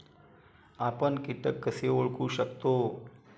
आपण कीटक कसे ओळखू शकतो?